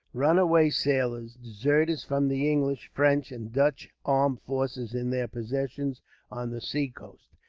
runaway sailors, deserters from the english, french, and dutch armed forces in their possessions on the seacoast,